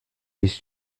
his